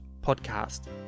podcast